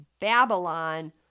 Babylon